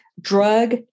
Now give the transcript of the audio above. drug